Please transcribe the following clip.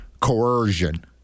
coercion